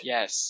Yes